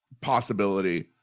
possibility